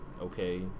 okay